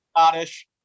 Scottish